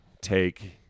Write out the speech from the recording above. take